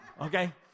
okay